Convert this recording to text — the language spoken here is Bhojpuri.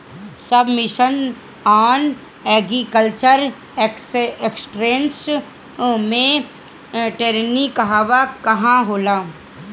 सब मिशन आन एग्रीकल्चर एक्सटेंशन मै टेरेनीं कहवा कहा होला?